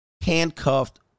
handcuffed